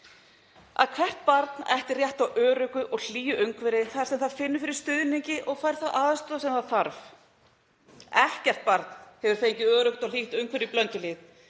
að hvert barn ætti rétt á öruggu og hlýju umhverfi þar sem það fyndi fyrir stuðningi og fengi þá aðstoð sem það þyrfti. Ekkert barn hefur fengið öruggt og hlýtt umhverfi í Blönduhlíð.